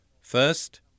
First